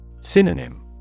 Synonym